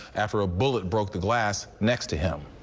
after a bullet broke the glass next to him.